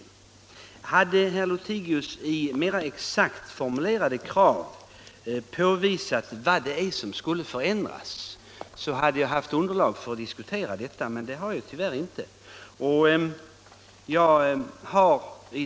Om herr Lothigius i stället i mera exakt formulerade krav hade visat på vad som skulle ändras, så hade jag haft underlag för att diskutera saken, men det har jag tyvärr inte nu.